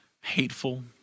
hateful